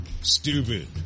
Stupid